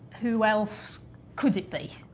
who else could it be?